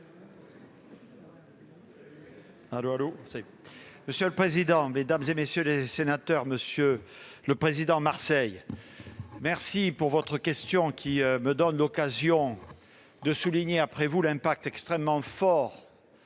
Monsieur le président, mesdames et messieurs les sénateurs, monsieur le président Marseille, je vous remercie de votre question qui me donne l'occasion de souligner après vous l'impact extrêmement fort